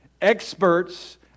experts